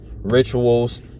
rituals